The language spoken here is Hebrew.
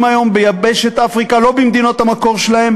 היום ביבשת אפריקה לא במדינות המקור שלהם,